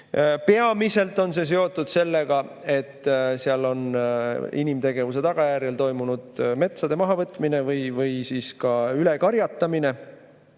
Peamiselt on see seotud sellega, et seal on inimtegevuse tagajärjel toimunud metsade mahavõtmine või siis ka ülekarjatamine.